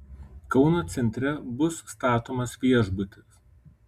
kauno centre bus statomas viešbutis